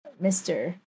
Mister